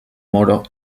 moro